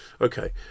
Okay